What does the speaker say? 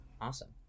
Awesome